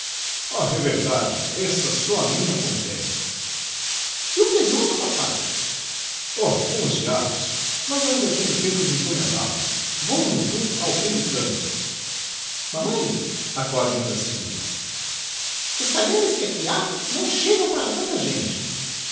e verdade esta só a mim acontece e o presunto papae oh com os diabos mas ainda tenho tempo de encommendal o vou num pulo ao pelicano maii ãe acode uma das filhas os talheres que aqui ha não chegam para tanta gente